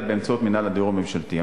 אלא באמצעות מינהל הדיור הממשלתי.